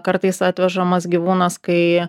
kartais atvežamas gyvūnas kai